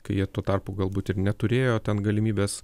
kai jie tuo tarpu galbūt ir neturėjo ten galimybės